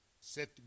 Set